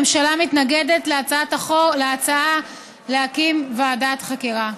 הממשלה מתנגדת להצעה להקים ועדת חקירה.